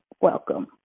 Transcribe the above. welcome